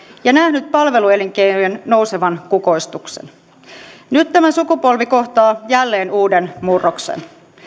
ja nähnyt palveluelinkeinojen nousevan kukoistukseen nyt tämä sukupolvi kohtaa jälleen uuden murroksen